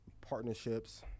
partnerships